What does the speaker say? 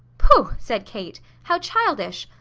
pooh! said kate. how childish!